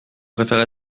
préfère